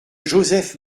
joseph